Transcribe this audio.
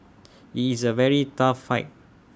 IT is A very tough fight